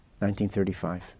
1935